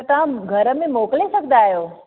त तव्हां घर में मोकिले सघंदा आहियो